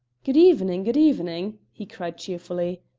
good evening, good evening! he cried cheerfully.